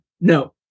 no